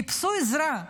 חיפשו עזרה,